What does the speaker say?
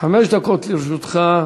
חמש דקות לרשותך.